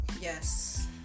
Yes